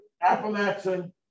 Appalachian